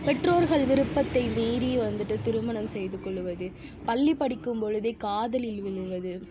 பெற்றோர்கள் விருப்பத்தை மீறி வந்துட்டு திருமணம் செய்துக்கொள்ளுவது பள்ளி படிக்கும் பொழுதே காதலில் விழுவது